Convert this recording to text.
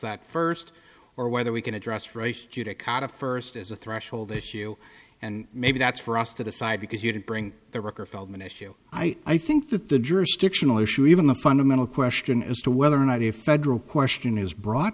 that first or whether we can address race judicata first as a threshold issue and maybe that's for us to decide because you didn't bring the record feldman issue i think that the jurisdictional issue even the fundamental question as to whether or not a federal question is brought